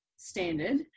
Standard